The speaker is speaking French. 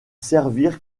servirent